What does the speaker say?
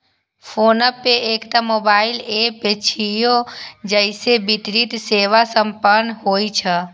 PhonePe एकटा mobile app छियै, जइसे वित्तीय सेवा संपन्न होइ छै